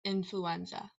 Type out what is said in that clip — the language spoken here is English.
influenza